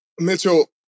Mitchell